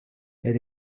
elle